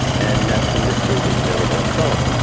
and that's a mystery that's never been solved.